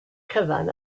cyfan